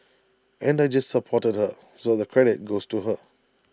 and I just supported her so the credit goes to her